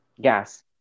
gas